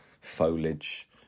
foliage